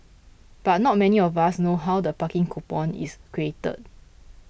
but not many of us know how the parking coupon is created